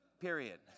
period